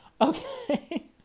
Okay